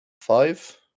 five